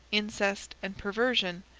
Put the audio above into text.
incest, and perversion,